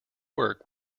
work